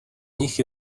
nich